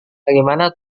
bagaimana